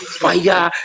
fire